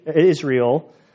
Israel